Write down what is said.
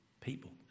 people